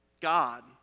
God